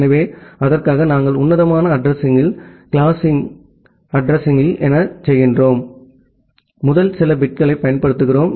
எனவே அதற்காக நாம் உன்னதமான அட்ரஸிங்யில் க்ளாஸ்புல் அட்ரஸிங்யில் என்ன செய்கிறோம் முதல் சில பிட்களைப் பயன்படுத்துகிறோம்